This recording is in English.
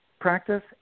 practice